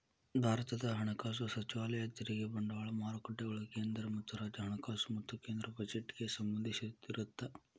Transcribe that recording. ಭಾರತದ ಹಣಕಾಸು ಸಚಿವಾಲಯ ತೆರಿಗೆ ಬಂಡವಾಳ ಮಾರುಕಟ್ಟೆಗಳು ಕೇಂದ್ರ ಮತ್ತ ರಾಜ್ಯ ಹಣಕಾಸು ಮತ್ತ ಕೇಂದ್ರ ಬಜೆಟ್ಗೆ ಸಂಬಂಧಿಸಿರತ್ತ